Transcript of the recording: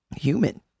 human